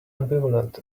ambivalent